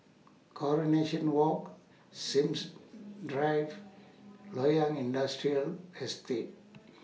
Coronation Walk Sims Drive Loyang Industrial Estate